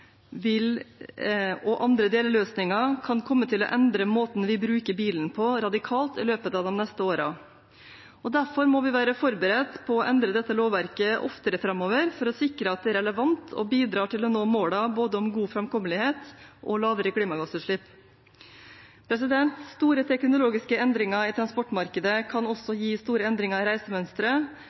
og andre deleløsninger kan komme til å endre måten vi bruker bilen på radikalt i løpet av de neste årene. Derfor må vi være forberedt på å endre dette lovverket oftere framover for å sikre at det er relevant og bidrar til å nå målene om både god framkommelighet og lavere klimagassutslipp. Store teknologiske endringer i transportmarkedet kan også gi store endringer i reisemønsteret,